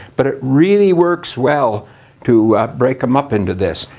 but it really works well to break them up into this.